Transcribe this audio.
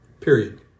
Period